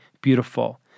beautiful